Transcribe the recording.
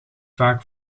vaak